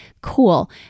Cool